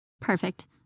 Perfect